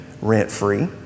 rent-free